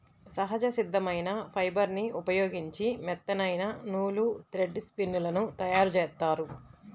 సహజ సిద్ధమైన ఫైబర్ని ఉపయోగించి మెత్తనైన నూలు, థ్రెడ్ స్పిన్ లను తయ్యారుజేత్తారు